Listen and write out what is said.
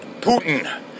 Putin